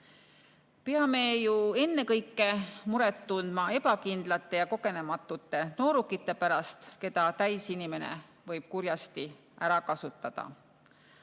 Peame ju ennekõike muret tundma ebakindlate ja kogenematute noorukite pärast, keda täisinimene võib kurjasti ära kasutada.